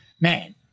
man